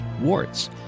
warts